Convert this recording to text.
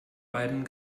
beidem